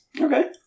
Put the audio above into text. Okay